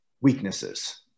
weaknesses